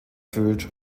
fühlt